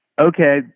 okay